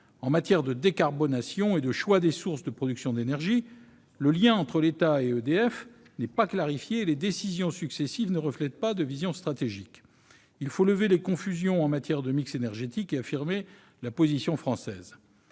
s'agisse de la décarbonation ou du choix des sources de production d'énergie, le lien entre l'État et EDF n'est pas clarifié, et les décisions successives ne reflètent pas de vision stratégique. Il faut lever les confusions en matière de mix énergétique et affirmer la position française.